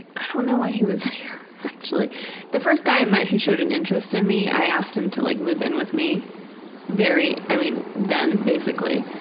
i don't know why he was there actually the first guy i met who showed an interest in me, i asked him to like move in with me very i mean, then basically.